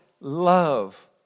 love